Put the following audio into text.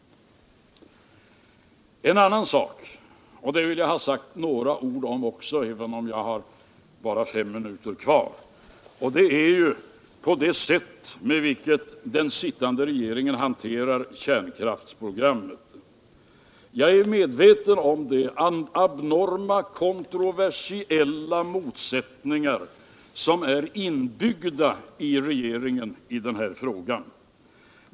Även om jag bara har fem minuter kvar vill jag säga några ord om det sätt på vilket den sittande regeringen hanterar kärnkraftsprogrammet. Jag är medveten om de abnorma kontroversiella motsättningar som är inbyggda i regeringen i den här frågan.